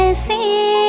ah say.